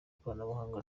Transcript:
ikoranabuhanga